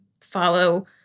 follow